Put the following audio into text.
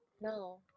no